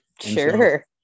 Sure